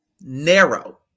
narrow